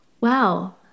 Wow